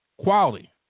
Quality